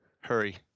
Hurry